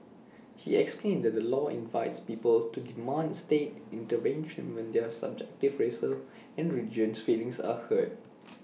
he explained that the law invites people to demand state intervention when their subjective racial and religious feelings are hurt